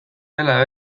dela